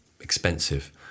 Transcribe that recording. expensive